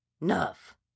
Nuff